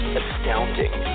astounding